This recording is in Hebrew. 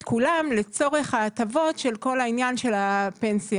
כולם לצורך ההטבות של כל עניין הפנסיה.